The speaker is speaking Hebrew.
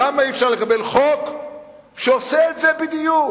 למה אי-אפשר לקבל חוק שעושה את זה בדיוק?